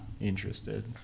interested